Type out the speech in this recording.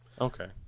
Okay